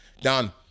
Done